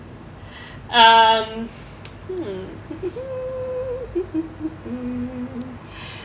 um mm